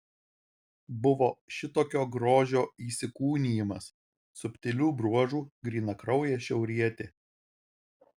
buvo šitokio grožio įsikūnijimas subtilių bruožų grynakraujė šiaurietė